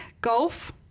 golf